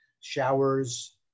showers